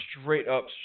straight-up